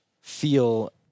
feel